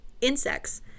insects